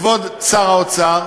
כבוד שר האוצר,